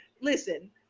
Listen